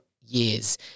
years